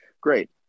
Great